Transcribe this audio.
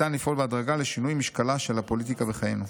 ניתן לפעול בהדרגה לשינוי משקלה של הפוליטיקה בחיינו.